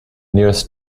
nearest